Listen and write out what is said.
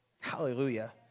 Hallelujah